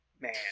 Man